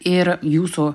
ir jūsų